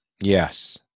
Yes